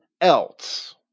else